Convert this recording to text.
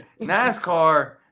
NASCAR